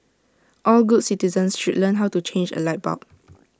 all good citizens should learn how to change A light bulb